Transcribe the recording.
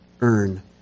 earn